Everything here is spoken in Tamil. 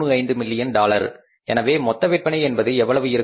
35 மில்லியன் டாலர் எனவே மொத்த விற்பனை என்பது எவ்வளவு இருக்கும்